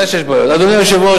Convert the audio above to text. אדוני היושב-ראש,